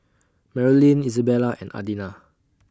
Marolyn Izabella and Adina